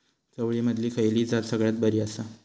चवळीमधली खयली जात सगळ्यात बरी आसा?